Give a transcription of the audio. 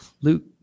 Luke